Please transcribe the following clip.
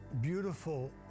beautiful